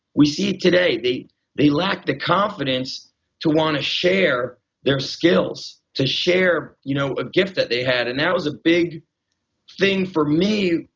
we see it today, they they lack the confidence to want to share their skills, to share you know a gift that they have. and that was a big thing for me.